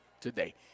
today